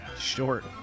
Short